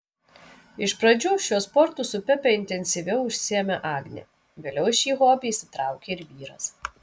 iš pradžių šiuo sportu su pepe intensyviau užsiėmė agnė vėliau į šį hobį įsitraukė ir vyras